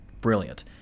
brilliant